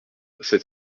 sept